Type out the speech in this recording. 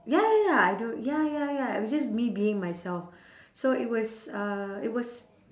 ya ya ya I do ya ya ya I was just me being myself so it was uh it was